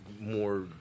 more